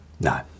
no